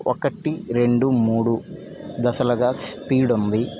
ఒకటి రెండు మూడు దశలుగా స్పీడ్ ఉంది